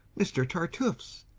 mr. tartuffe's.